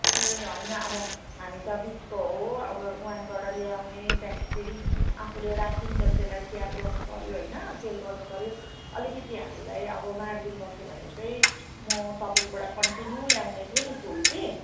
ए होइन अब हामी त बिचको हो अब वहाँबाट ल्याउने त्यहाँदेखि फेरि आफूले राखुन्जेल त्यसलाई स्याहार गर्नु पर्यो होइन सेल गर्नु पर्यो अलिकति हामीलाई अब मार्जिन बस्यो भने चाहिँ म तपाईँको बाट कन्टिन्यु ल्याउने थिएँ नि फुल कि